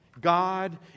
God